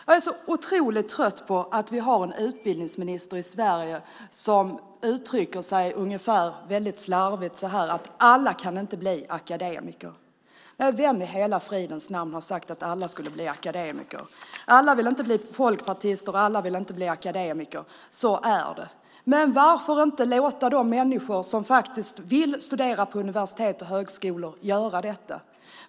Jag är så otroligt trött på att vi har en utbildningsminister i Sverige som uttrycker sig väldigt slarvigt att alla inte kan bli akademiker. Nej, vem i hela fridens namn har sagt att alla skulle bli akademiker? Alla vill inte bli folkpartister, och alla vill inte bli akademiker. Så är det. Men varför inte låta de människor som faktiskt vill studera på universitet och högskolor göra det?